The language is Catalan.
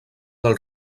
del